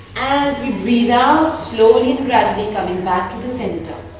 as we breathe out slowly and gradually coming back to the centre